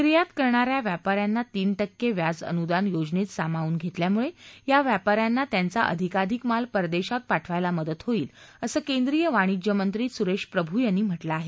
निर्यात करणाऱ्या व्यापाऱ्यांना तीन टक्के व्याज अनुदान योजनेत सामावून घेतल्यामुळे या व्यापाऱ्यांना त्यांचा अधिकाधिक माल परदेशात पाठवायला मदत होईल असं केंद्रीय वाणिज्य मंत्री सुरेश प्रभू यांनी म्हटलं आहे